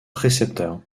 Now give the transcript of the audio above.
précepteur